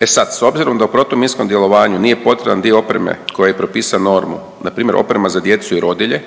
E sad, s obzirom da u protuminskom djelovanju nije potreban dio opreme koji je propisao normu, na primjer oprema za djecu i rodilje.